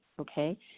okay